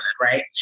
right